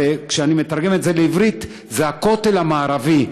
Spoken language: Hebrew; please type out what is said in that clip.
כשאני מתרגם את זה לעברית זה הכותל המערבי.